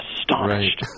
astonished